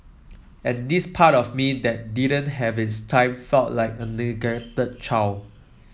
and this part of me that didn't have its time felt like a child